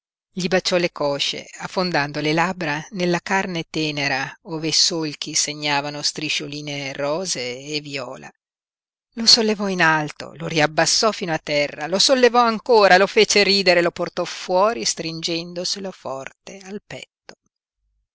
gli baciò le cosce affondando le labbra nella carne tenera ove i solchi segnavano striscioline rosee e viola lo sollevò in alto lo riabbassò fino a terra lo sollevò ancora lo fece ridere lo portò fuori stringendoselo forte al petto